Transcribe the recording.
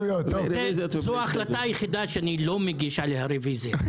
זו ההחלטה היחידה שאני לא מגיש עליה רוויזיה.